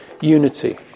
unity